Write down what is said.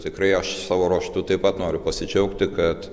tikrai aš savo ruožtu taip pat noriu pasidžiaugti kad